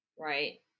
right